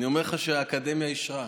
אני אומר לך שהאקדמיה אישרה.